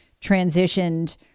transitioned